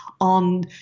on